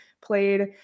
played